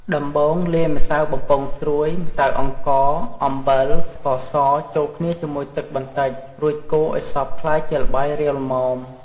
ដំបូងលាយម្សៅបំពងស្រួយ ម្សៅអង្ករ អំបិល ស្ករស ចូលគ្នាជាមួយទឹកបន្តិចរួចកូរឱ្យសព្វក្លាយជាល្បាយរាវល្មម។